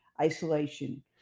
isolation